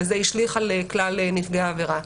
וזה השליך על כלל נפגעי העבירה.